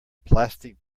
plastic